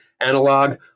analog